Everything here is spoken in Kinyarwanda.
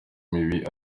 mibi